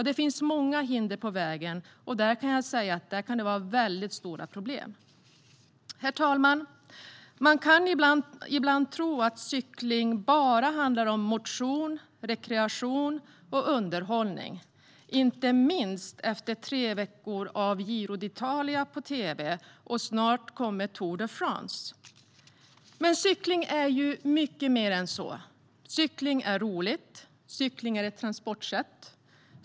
Det finns många hinder på vägen, och jag kan säga att det kan vara väldigt stora problem. Herr talman! Man kan ibland tro att cykling bara handlar om motion, rekreation och underhållning, inte minst efter tre veckor av Giro d'Italia på tv. Och snart kommer Tour de France. Men cykling är mycket mer än så. Cykling är roligt. Cykling är ett transportsätt.